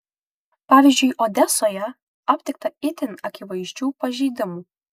pavyzdžiui odesoje aptikta itin akivaizdžių pažeidimų